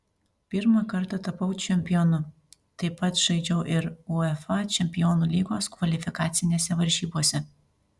pirmą kartą tapau čempionu taip pat žaidžiau ir uefa čempionų lygos kvalifikacinėse varžybose